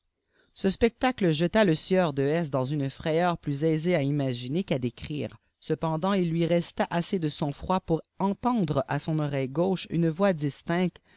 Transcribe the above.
ce spectacle jeta le sieur de s dans une frayeur plus aisée à iraagiriei qu'â décrire cependant il lui resta assez de sang froîd pouf entendre à son oreille gauche une voix distincte